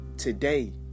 Today